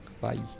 Bye